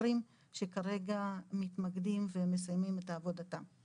חוקרים שכרגע מתמקדים ומסיימים את עבודתם.